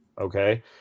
Okay